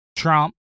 Trump